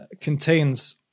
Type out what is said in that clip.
contains